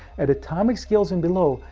at atomic scales and below,